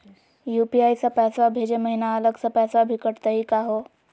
UPI स पैसवा भेजै महिना अलग स पैसवा भी कटतही का हो?